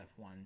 F1